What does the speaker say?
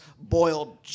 boiled